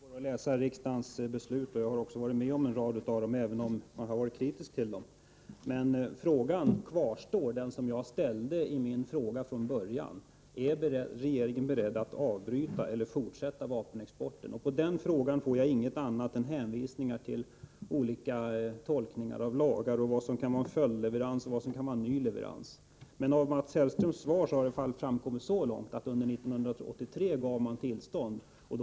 Herr talman! Jo visst går det att läsa riksdagens beslut, och jag har också varit med om en rad av dem, även om jag varit kritisk till dem. Men den fråga som jag ställde från början kvarstår: Är regeringen beredd att avbryta eller fortsätta vapenexporten? På den frågan får jag inget annat svar än hänvisningar till olika tolkningar av lagar och beträffande vad som kan vara följdleveranser eller nya leveranser. Av Mats Hellströms svar har i varje fall framkommit så mycket att man gav tillstånd under 1983.